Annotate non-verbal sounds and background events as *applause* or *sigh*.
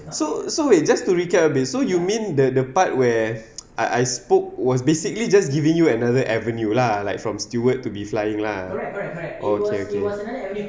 so so wait just to recap a bit so you mean the the part where *noise* I I spoke was basically just giving you another avenue lah like from steward to be flying lah okay okay